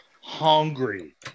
hungry